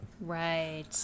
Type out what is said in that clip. right